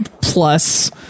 plus